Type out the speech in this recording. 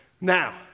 Now